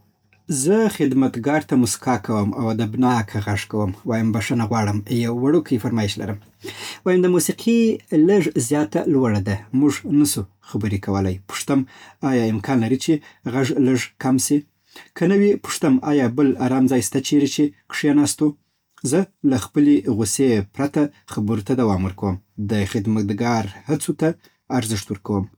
زه خدمتګار ته موسکا کوم او ادبناکه غږ کوم. وایم: بښنه غواړم، یو وړوکی فرمایش لرم. وایم: دا موسیقي لږ زیاته لوړه ده، موږ نه شو خبرې کولی. پوښتم: آیا امکان لري چې غږ لږ کم سي؟ که نه وي، پوښتم: آیا بل ارام ځای شته چیرې چې کېناستو؟ زه له خپلی غوسې پرته خبرو ته دوام ورکوم. د خدمتګار هڅو ته ارزښت ورکوم.